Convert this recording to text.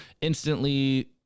instantly